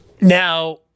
Now